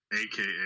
AKA